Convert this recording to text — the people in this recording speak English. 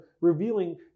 revealing